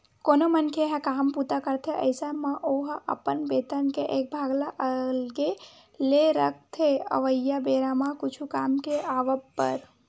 कोनो मनखे ह काम बूता करथे अइसन म ओहा अपन बेतन के एक भाग ल अलगे ले रखथे अवइया बेरा म कुछु काम के आवब बर